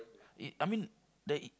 it I mean the it